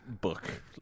book